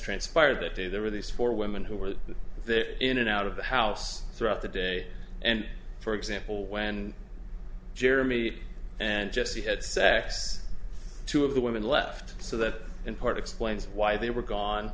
transpired that day there were these four women who were in and out of the house throughout the day and for example when jeremy and jesse had sex two of the women left so that in part explains why they were gone